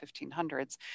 1500s